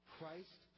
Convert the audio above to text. Christ